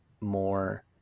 more